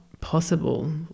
possible